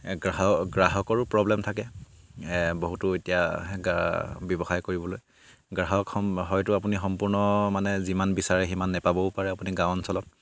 গ্ৰাহক গ্ৰাহকৰো প্ৰব্লেম থাকে বহুতো এতিয়া ব্যৱসায় কৰিবলৈ গ্ৰাহক হয়তো আপুনি সম্পূৰ্ণ মানে যিমান বিচাৰে সিমান নেপাবও পাৰে আপুনি গাঁও অঞ্চলত